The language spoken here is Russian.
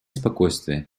спокойствие